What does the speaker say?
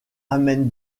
amène